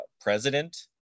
president